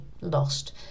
lost